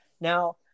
Now